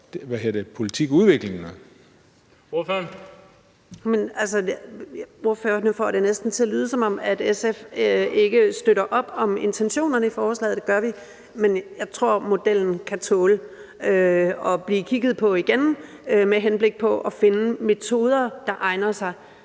12:22 Kirsten Normann Andersen (SF): Ordføreren får det næsten til at lyde, som om SF ikke støtter op om intentionerne i forslaget. Det gør vi, men jeg tror, modellen kan tåle at blive kigget på igen med henblik på at finde metoder, der egner sig.